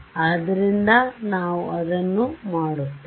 ಆದ್ದರಿಂದ ನಾವು ಅದನ್ನು ಮಾಡುತ್ತೇವೆ